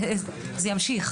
זה ימשיך.